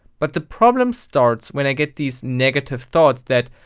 but the problem starts when i get these negative thoughts that,